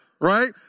right